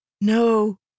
No